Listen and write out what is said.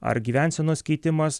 ar gyvensenos keitimas